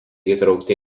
įtraukti